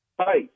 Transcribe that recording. Hi